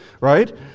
right